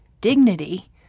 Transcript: dignity